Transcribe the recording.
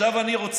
אבל אם כל